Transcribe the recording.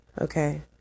Okay